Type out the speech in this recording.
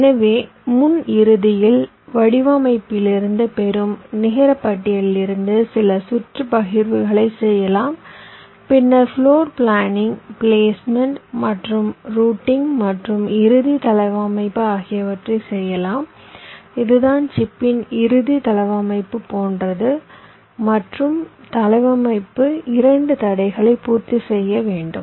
எனவே முன் இறுதியில் வடிவமைப்பிலிருந்து பெறும் நிகர பட்டியலிலிருந்து சில சுற்று பகிர்வுகளை செய்யலாம் பின்னர் ஃப்ளோர் பிளானிங் பிளேஸ்மெண்ட் மற்றும் ரூட்டிங் மற்றும் இறுதி தளவமைப்பு ஆகியவற்றைச் செய்யலாம் இதுதான் சிப்பின் இறுதி தளவமைப்பு போன்றது மற்றும் தளவமைப்பு 2 தடைகளை பூர்த்தி செய்ய வேண்டும்